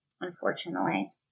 Unfortunately